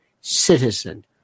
citizen